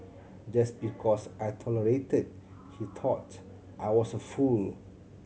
just because I tolerated he thought I was a fool